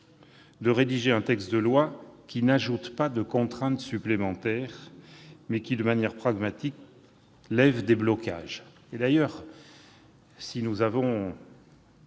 de rédiger un texte de loi qui n'ajoute pas de contraintes supplémentaires, mais qui, de manière pragmatique, lève des blocages. S'il arrive que nous ayons